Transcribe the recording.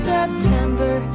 September